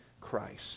Christ